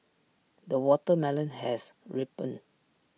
the watermelon has ripened